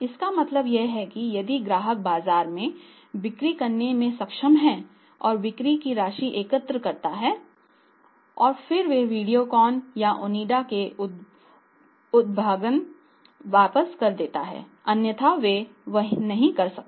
इसका मतलब यह है कि यदि ग्राहक बाजार में बिक्री करने में सक्षम है और बिक्री की राशि एकत्र करता है और फिर वे वीडियोकॉन या ओनिडा को भुगतान वापस कर देंगे अन्यथा वे नहीं कर सकते